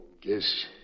guess